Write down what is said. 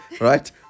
right